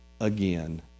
again